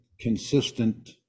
consistent